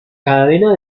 cadena